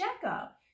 checkup